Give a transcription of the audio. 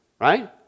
Right